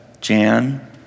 Jan